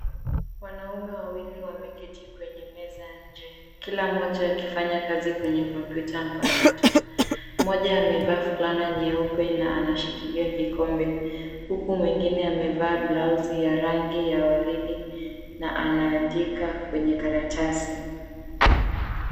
Wanaume wawili wameketi kwenye meza ya nje kila mmoja akifanya kazi kwenye kompyuta mpakato. Mmoja amevaa fulana nyeupe na anashikilia kikombe huku mwingine amevaa blausi ya rangi ya waridi na anaandika kwenye karatasi.